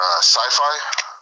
sci-fi